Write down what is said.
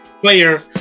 player